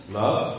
love